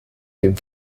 dem